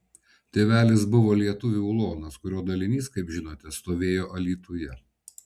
tėvelis buvo lietuvių ulonas kurio dalinys kaip žinote stovėjo alytuje